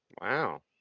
Wow